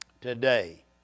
today